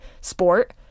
sport